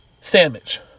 Sandwich